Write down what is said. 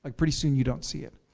like pretty soon you don't see it.